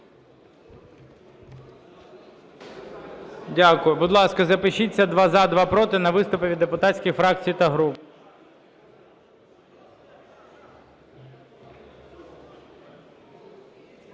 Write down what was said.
Дякую. Будь ласка, запишіться: два – за, два – проти на виступи від депутатських фракцій та груп.